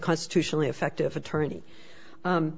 constitutionally effective attorney